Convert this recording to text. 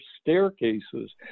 staircases